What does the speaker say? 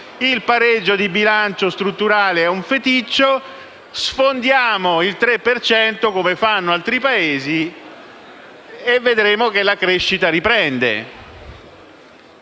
il pareggio di bilancio strutturale è un feticcio, sfondiamo il 3 per cento come fanno altri Paesi e vedremo che la crescita riprende.